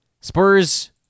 Spurs